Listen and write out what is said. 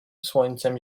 słońcem